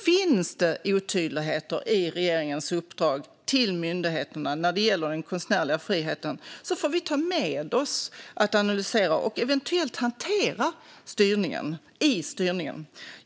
Finns det otydligheter i regeringens uppdrag till myndigheterna när det gäller den konstnärliga friheten får vi ta med oss det, analysera och eventuellt hantera det i styrningen.